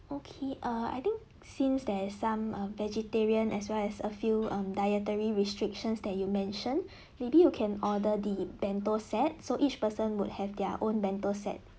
okay err I think since there's some err vegetarian as well as a few um dietary restrictions that you mention maybe you can order the bento set so each person would have their own bento set